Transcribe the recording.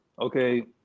Okay